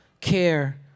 care